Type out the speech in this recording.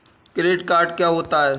Credit card क्या होता है?